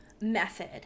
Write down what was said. method